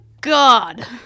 God